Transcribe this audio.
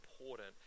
important